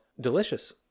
delicious